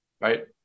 right